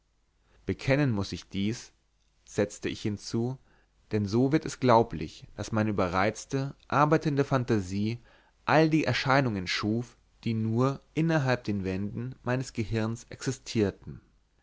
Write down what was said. bekennen muß ich dies setzte ich hinzu denn so wird es glaublich daß meine überreizte arbeitende fantasie all die erscheinungen schuf die nur innerhalb den wänden meines gehirns existierten